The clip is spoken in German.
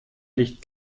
nicht